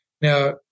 Now